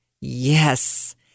Yes